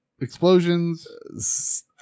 explosions